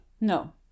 No